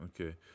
okay